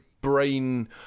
Brain